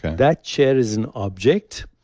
that chair is an object,